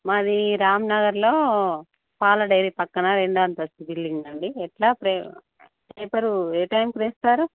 మాది రామ్నగర్లో పాల డేైరి పక్కన రెండంతస్తుల బిల్డింగ్ అండి ఎలా ప్రే పేపరు ఏ టైంకి వేస్తారు